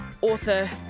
author